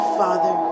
father